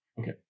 Okay